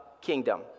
kingdom